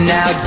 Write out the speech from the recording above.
Now